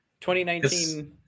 2019